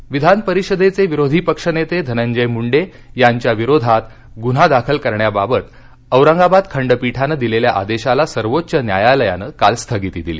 विधान परिषदेचे विरोधी पक्षनेते धनंजय मुंडे यांच्या विरोधात गुन्हा दाखल करण्याबाबत औरंगाबाद खंडपीठानं दिलेल्या आदेशाला सर्वोच्च न्यायालयानं काल स्थगिती दिली